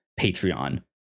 Patreon